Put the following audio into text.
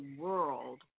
world